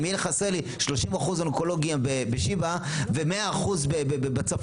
אם יהיה חסר לי שלושים אחוז אונקולוגים בשיבא ומאה אחוז בצפון,